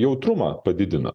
jautrumą padidina